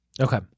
Okay